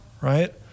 right